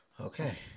okay